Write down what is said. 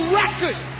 record